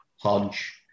Hodge